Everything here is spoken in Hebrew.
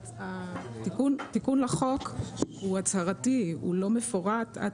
התיקון לחוק הוא הצהרתי והוא לא מפורט עד